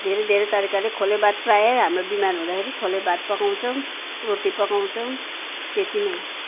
धेरै धेरै तरिकाले खोलेभात प्रायः हाम्रो बिमार हुँदाखेरि खोलेभात पकाउँछौँ रोटी पकाउँछौँ त्यति नै हो